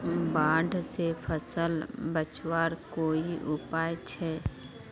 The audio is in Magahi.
बाढ़ से फसल बचवार कोई उपाय छे?